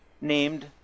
named